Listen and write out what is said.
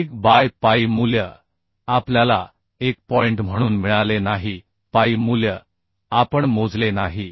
1 by pi मूल्य आपल्याला 1 point म्हणून मिळाले नाही पाई मूल्य आपण मोजले नाही